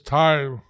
time